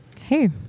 Hey